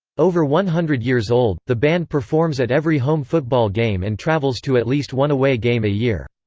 over one hundred years old, the band performs at every home football game and travels to at least one away game a year.